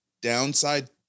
downside